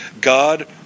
God